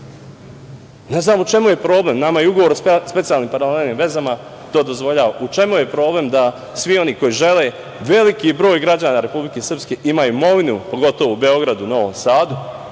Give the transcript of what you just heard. znam u čemu je problem. Nama ugovor o specijalnim paralelnim vezama to dozvoljava. U čemu je problem da svi oni koji žele, veliki broj građana Republike Srpske ima imovinu, pogotovo u Beogradu, Novom Sadu,